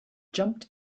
jumped